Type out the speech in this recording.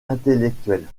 intellectuelles